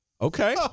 Okay